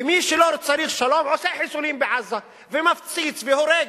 ומי שלא צריך שלום עושה חיסולים בעזה ומפציץ והורג.